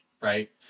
right